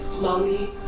Mommy